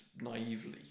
naively